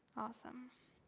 awesome.